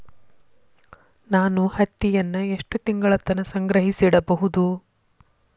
ನಾನು ಹತ್ತಿಯನ್ನ ಎಷ್ಟು ತಿಂಗಳತನ ಸಂಗ್ರಹಿಸಿಡಬಹುದು?